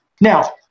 Now